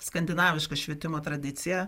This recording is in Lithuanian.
skandinaviška švietimo tradicija